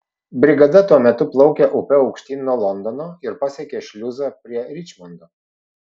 brigada tuo metu plaukė upe aukštyn nuo londono ir pasiekė šliuzą prie ričmondo